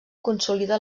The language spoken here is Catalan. consolida